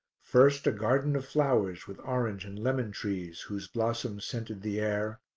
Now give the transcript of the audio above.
first a garden of flowers with orange and lemon trees whose blossoms scented the air,